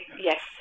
Yes